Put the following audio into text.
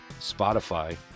Spotify